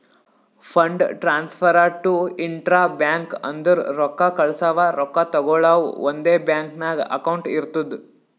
fund transfer to intra bank ಅಂದುರ್ ರೊಕ್ಕಾ ಕಳ್ಸವಾ ರೊಕ್ಕಾ ತಗೊಳವ್ ಒಂದೇ ಬ್ಯಾಂಕ್ ನಾಗ್ ಅಕೌಂಟ್ ಇರ್ತುದ್